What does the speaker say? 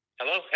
Hello